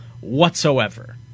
whatsoever